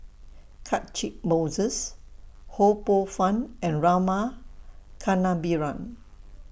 Catchick Moses Ho Poh Fun and Rama Kannabiran